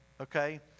okay